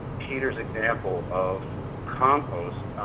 peter's example of compost,